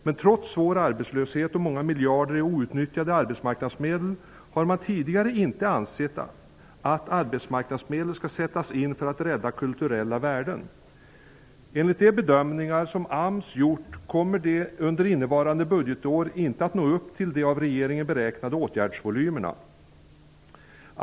Men trots svår arbetslöshet och många miljarder i outnyttjade arbetsmarknadsmedel har man tidigare inte ansett att arbetsmarknadsmedel skall sättas in för att rädda kulturella värden. Enligt de bedömningar som AMS gjort kommer de inte att nå upp till det av regeringen beräknade åtgärdsvolymerna under innevarande budgetår.